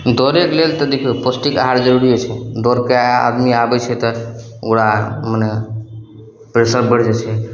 दौड़यके लेल तऽ देखियौ पौष्टिक आहार जरूरिये छै दौड़यके ऐ आदमी आबय छै तऽ ओकरा मने प्रेशर बढ़ि जाइ छै